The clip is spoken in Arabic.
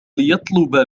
ليطلب